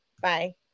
bye